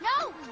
No